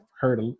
heard